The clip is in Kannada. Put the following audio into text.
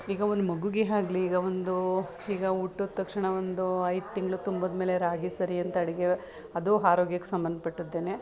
ಈಗ ಒಂದು ಮಗುಗೆ ಆಗ್ಲಿ ಈಗ ಒಂದು ಈಗ ಹುಟ್ಟಿದ ತಕ್ಷಣ ಒಂದು ಐದು ತಿಂಗ್ಳು ತುಂಬಿದ್ಮೇಲೆ ರಾಗಿ ಸರಿ ಅಂತ ಅಡುಗೆ ಅದು ಆರೋಗ್ಯಕ್ಕೆ ಸಂಬಂಧ ಪಟ್ಟದ್ದೇನೇ